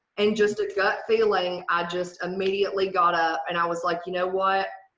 and just a gut feeling i just immediately got up and i was like you know what